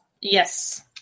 Yes